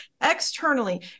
externally